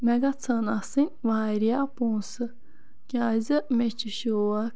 مےٚ گَژھِ ہَن آسٕنۍ واریاہ پونٛسہٕ کیازِ مےٚ چھ شوق